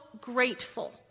grateful